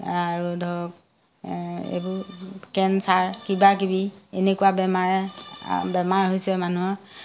আৰু ধৰক এ এইবোৰ কেঞ্চাৰ কিবাকিবি এনেকুৱা বেমাৰে বেমাৰ হৈছে মানুহৰ